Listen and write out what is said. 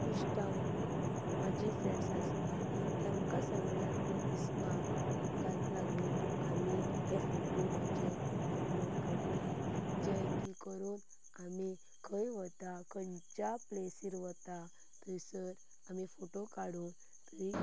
इश्टां म्हाजी फ्रेड्स आसता तेंमका सगळ्यांक दिसपाक गा लागून आमी हें फोटू म्हाजे अपलोड करतां जे की करून आमी खंय वता खंयच्या प्लेसिर वता थंयसर आमी फोटो काडून थंय